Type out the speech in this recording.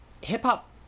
Hip-hop